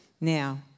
Now